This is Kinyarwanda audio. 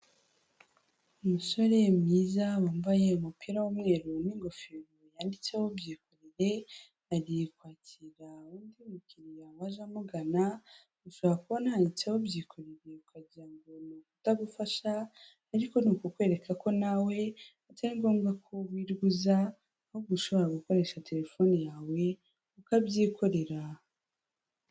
Umusore mwiza wambaye umupira w'umweru n'ingofero yanditseho byikorere, agiye kwakira undi mukiriya waje amugana, ushobora kubona handitseho byikoreye ukagira ngo ni ukutagufasha, ariko ni ukukwereka ko nawe atari ngombwa ko wirirwa uza ahubwo ushobora gukoresha telefone yawe ukabyikorera.